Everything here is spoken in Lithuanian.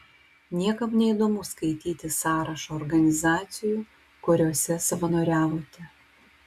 niekam neįdomu skaityti sąrašą organizacijų kuriose savanoriavote